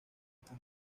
estas